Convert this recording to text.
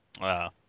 Wow